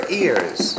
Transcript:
ears